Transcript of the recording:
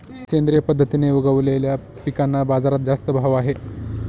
सेंद्रिय पद्धतीने उगवलेल्या पिकांना बाजारात जास्त भाव आहे